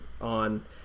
on